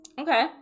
okay